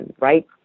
right